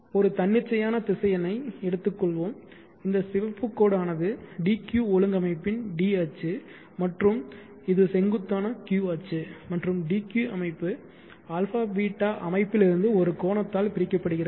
ஒரு தன்னிச்சையான திசையனை எடுத்துக்கொள்வோம் இந்த சிவப்பு கோடு ஆனது dq ஒழுங்கமைப்பின் d அச்சு மற்றும் இது செங்குத்தான q அச்சு மற்றும் dq அமைப்பு αβ அமைப்பிலிருந்து ஒரு கோணத்தால் பிரிக்கப்படுகிறது